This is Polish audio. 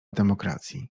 demokracji